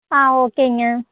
ஆ ஓகேங்க